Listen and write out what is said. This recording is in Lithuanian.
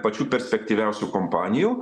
pačių perspektyviausių kompanijų